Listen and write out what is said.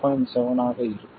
7 V ஆக இருக்கும்